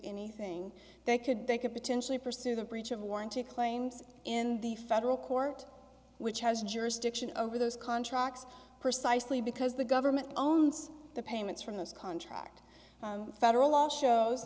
anything they could they could potentially pursue the breach of warranty claims in the federal court which has jurisdiction over those contracts precisely because the government owns the payments from those contract federal law shows